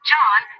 John